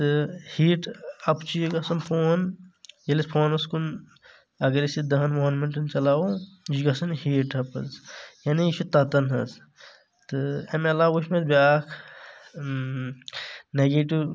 تہٕ heat up چھُ یہِ گژھان فون ییٚلہِ أسۍ فونس کُن اگر أسۍ یہِ دہن وُہن منٹن چلاوو یہِ چھُ گژھان ہیٖٹ اپ حظ یعنی یہِ چھُ تتان حظ تہٕ امہِ علاوٕ وٕچھ مےٚ بیٛاکھ نیگِٹو